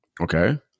Okay